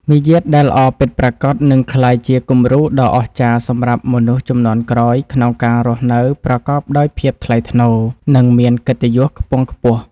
មារយាទដែលល្អពិតប្រាកដនឹងក្លាយជាគំរូដ៏អស្ចារ្យសម្រាប់មនុស្សជំនាន់ក្រោយក្នុងការរស់នៅប្រកបដោយភាពថ្លៃថ្នូរ និង មានកិត្តិយសខ្ពង់ខ្ពស់។